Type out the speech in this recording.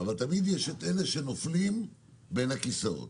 אבל תמיד יש את אלה שנופלים בין הכיסאות.